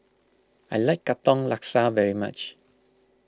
I like Katong Laksa very much